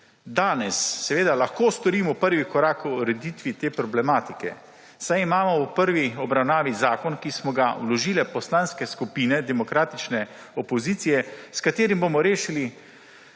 Danes lahko storimo prvi korak k ureditvi te problematike, saj imamo v prvi obravnavi zakon, ki smo ga vložile poslanske skupine demokratične opozicije, s katerim bomo rešili